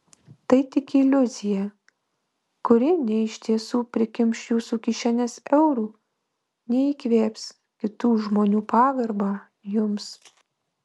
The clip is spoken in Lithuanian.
tai tik iliuzija kuri nei iš tiesų prikimš jūsų kišenes eurų nei įkvėps kitų žmonių pagarbą jums